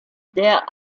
der